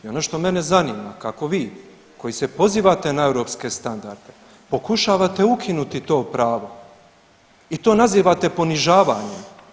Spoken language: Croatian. I ono što mene zanima kako vi koji se pozivate na europske standarde pokušavate ukinuti to pravo i to nazivate ponižavanjem?